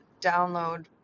download